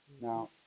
now